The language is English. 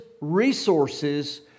resources